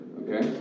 okay